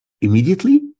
immediately